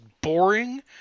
boring